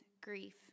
grief